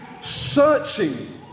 searching